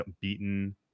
beaten